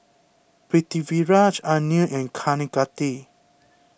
Pritiviraj Anil and Kaneganti